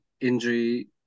injury